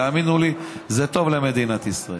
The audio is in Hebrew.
תאמינו לי, זה טוב למדינת ישראל.